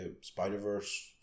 Spider-Verse